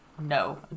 no